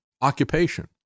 occupation